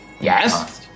Yes